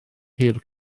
hir